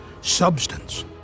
substance